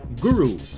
Guru